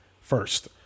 first